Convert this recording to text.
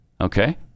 Okay